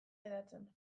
hedatzen